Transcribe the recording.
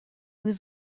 was